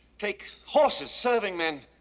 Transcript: take horses, serving men,